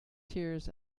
tears